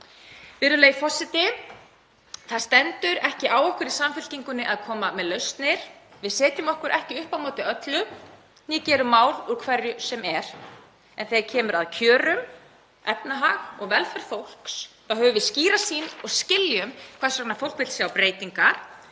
Virðulegi forseti. Það stendur ekki á okkur í Samfylkingunni að koma með lausnir. Við setjum okkur hvorki upp á móti öllu né gerum mál úr hverju sem er, en þegar kemur að kjörum, efnahag og velferð fólks þá höfum við skýra sýn og skiljum hvers vegna fólk vill sjá breytingar.